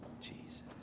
jesus